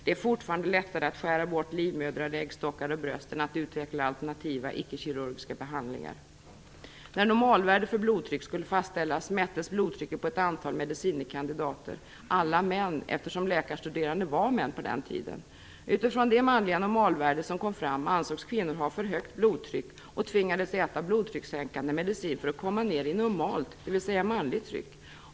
Det är fortfarande lättare att skära bort livmödrar, äggstockar och bröst än att utveckla alternativa ickekirurgiska behandlingar. När normalvärdet för blodtryck skulle fastställas mättes blodtrycket på ett antal medicine kandidater - alla män, eftersom läkarstuderande var män på den tiden. Utifrån det manliga normalvärde som kom fram ansågs kvinnor ha för högt blodtryck och tvingades äta blodtryckssänkande medicin för att komma ner i "normalt", dvs. manligt tryck.